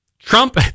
Trump